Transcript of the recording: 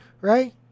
right